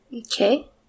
Okay